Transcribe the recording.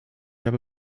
habe